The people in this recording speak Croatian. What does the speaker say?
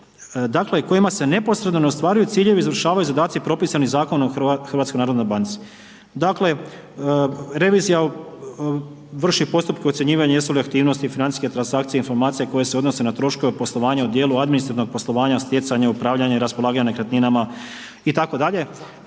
dakle u kojima se neposredno ne ostvaruju ciljevi i završavaju zadaci propisani Zakonom o HNB-u. Dakle, revizija vrši postupke ocjenjivanja jesu li aktivnosti, financijske transakcije, informacije koje se odnose na troškove poslovanja u djelu administrativnog poslovanja stjecanja, upravljanja i raspolaganja nekretninama itd.,